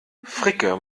fricke